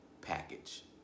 package